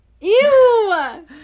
Ew